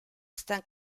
están